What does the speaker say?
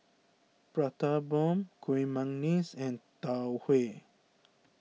Prata Bomb Kueh Manggis and Tau Huay